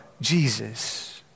Jesus